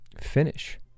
finish